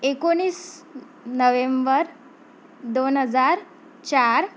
एकोणीस नव्हेंबर दोन हजार चार